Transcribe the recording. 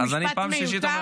אז פעם שלישית אומר,